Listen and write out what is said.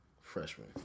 freshman